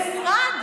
במדינת